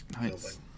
Nice